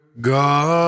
God